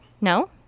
No